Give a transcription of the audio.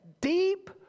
deep